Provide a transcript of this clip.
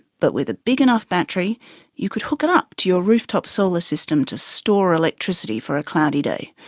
but with a big enough battery you could hook it up to your rooftop solar system to store electricity for a cloudy day.